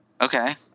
Okay